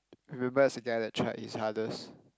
remembered as the guy that tried his hardest